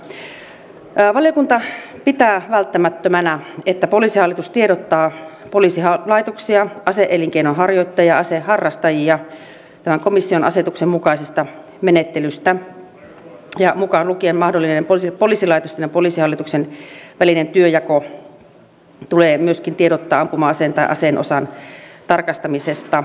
valiokunta pitää välttämättömänä että poliisihallitus tiedottaa poliisilaitoksia ase elinkeinon harjoittajia aseharrastajia tämän komission asetuksen mukaisista menettelyistä mukaan lukien mahdollinen poliisilaitosten ja poliisihallituksen välinen työnjako ampuma aseen tai aseenosan tarkastamisessa